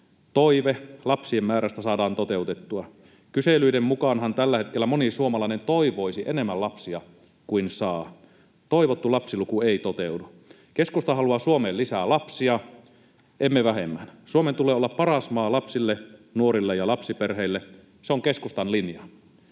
toive lapsien määrästä saadaan toteutettua. Kyselyiden mukaanhan tällä hetkellä moni suomalainen toivoisi enemmän lapsia kuin saa. Toivottu lapsiluku ei toteudu. Keskusta haluaa Suomeen lisää lapsia, emme vähemmän. Suomen tulee olla paras maa lapsille, nuorille ja lapsiperheille, se on keskustan linja.